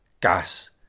Gas